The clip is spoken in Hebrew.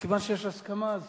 מכיוון שיש הסכמה, אז